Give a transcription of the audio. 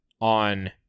on